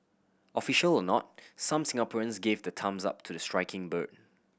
official or not some Singaporeans gave the thumbs up to the striking bird